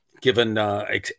given